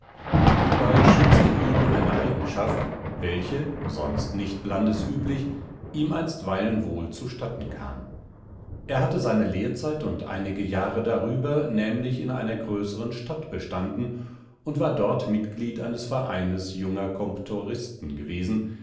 hiebei schützte ihn eine eigenschaft welche sonst nicht landesüblich ihm einstweilen wohl zustatten kam er hatte seine lehrzeit und einige jahre darüber nämlich in einer größeren stadt bestanden und war dort mitglied eines vereines junger comptoiristen gewesen